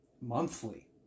monthly